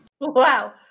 Wow